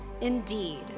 indeed